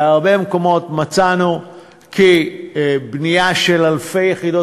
בהרבה מקומות מצאנו שבנייה של אלפי יחידות